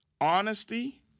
honesty